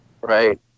right